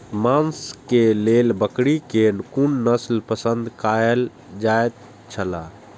मांस के लेल बकरी के कुन नस्ल पसंद कायल जायत छला?